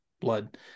blood